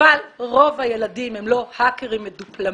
אבל רוב הילדים הם לא האקרים מדופלמים,